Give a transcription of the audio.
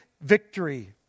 victory